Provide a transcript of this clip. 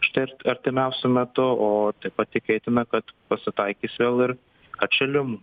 už tai ar artimiausiu metu o patikėtume kad pasitaikys jau ir atšilimų